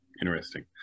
interesting